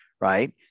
right